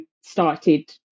started